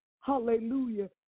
Hallelujah